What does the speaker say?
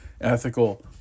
ethical